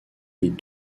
les